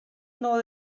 nôl